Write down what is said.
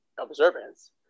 observance